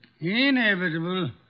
inevitable